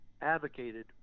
advocated